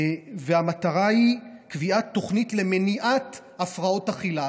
והמטרה היא קביעת תוכנית למניעת הפרעות אכילה.